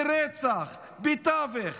ברצח, בטבח,